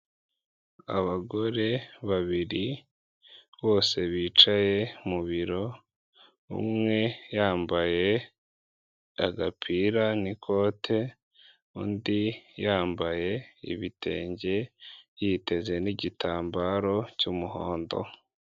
Abagore babiri bose bicaye mu biro umwe yambaye agapira n'ikote undi yambaye ibitenge yiteze n'igitambaro cy'umuhondo.